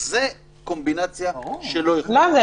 שהיא